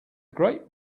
great